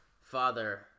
father